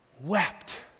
wept